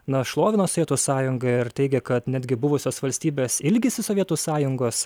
na šlovina sovietų sąjungą ir teigia kad netgi buvusios valstybės ilgisi sovietų sąjungos